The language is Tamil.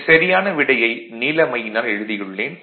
இங்கு சரியான விடையை நீல மையினால் எழுதியுள்ளேன்